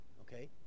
Okay